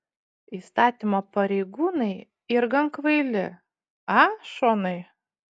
įstatymo pareigūnai yr gan kvaili a šonai